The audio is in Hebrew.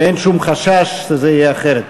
ואין שום חשש שזה יהיה אחרת.